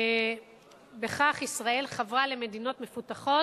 בכך ישראל חברה למדינות מפותחות,